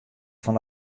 fan